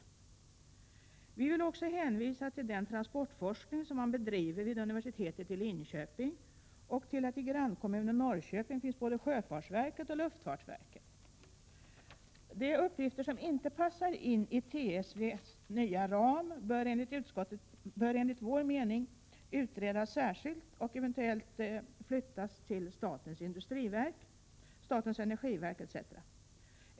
Jag vill också hänvisa till den transportforskning som bedrivs vid universitetet i Linköping och till att i grannkommunen Norrköping finns både sjöfartsverket och luftfartsverket. De uppgifter som inte passar in i TSV:s nya ram bör utredas särskilt och eventuellt flyttas till statens industriverk, statens energiverk etc.